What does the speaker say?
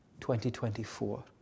2024